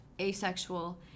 Asexual